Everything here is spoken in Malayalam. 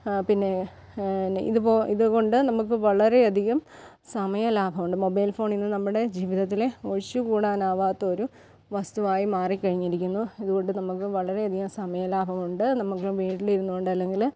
പിന്നെ ഇതുപോ ഇത് കൊണ്ട് നമുക്ക് വളരെയധികം സമയലാഭം ഉണ്ട് മൊബൈൽ ഫോൺ ഇന്ന് നമ്മുടെ ജീവിതത്തിലെ ഒഴിച്ചുകൂടാൻ ആവാത്തൊരു വസ്തുവായി മാറിക്കഴിഞ്ഞിരിക്കുന്നു ഇതുകൊണ്ട് നമുക്ക് വളരെയധികം സമയ ലാഭമുണ്ട് നമുക്ക് വീട്ടിലിരുന്നു കൊണ്ട് അല്ലെങ്കിൽ